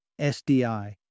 SDI